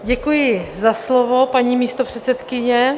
Děkuji za slovo, paní místopředsedkyně.